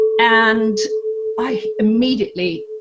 and i immediately,